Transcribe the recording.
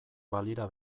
balira